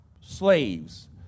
slaves